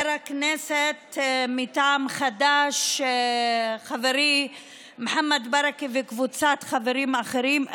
הכנסת מטעם חד"ש חברי מוחמד ברכה וקבוצת חברים אחרים,